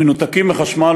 מנותקים מחשמל,